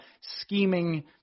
scheming